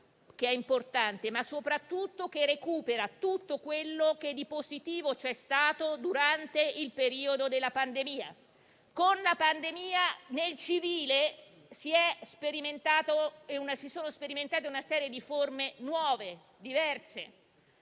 che è importante - ma che soprattutto recupera tutto quello che di positivo c'è stato durante il periodo della pandemia. Con la pandemia nel civile si è sperimentata una serie di forme nuove, diverse: